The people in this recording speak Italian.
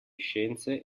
scienze